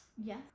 Yes